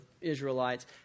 Israelites